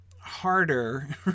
harder